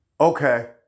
Okay